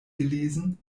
gelesen